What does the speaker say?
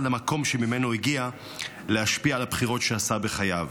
למקום שממנו הגיע להשפיע על הבחירות שעשה בחייו.